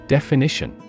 Definition